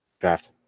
Draft